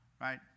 Right